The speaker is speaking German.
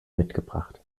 mitgebracht